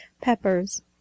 peppers